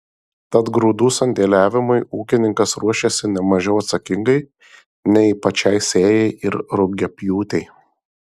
tad grūdų sandėliavimui ūkininkas ruošiasi ne mažiau atsakingai nei pačiai sėjai ir rugiapjūtei